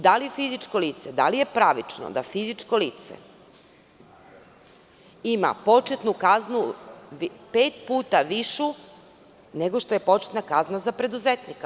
Da li fizičko lice, i da li je pravično da fizičko lice ima početnu kaznu pet puta višu nego što je početna kazna za preduzetnika?